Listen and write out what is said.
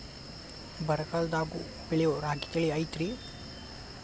ಬರಗಾಲದಾಗೂ ಬೆಳಿಯೋ ರಾಗಿ ತಳಿ ಐತ್ರಿ?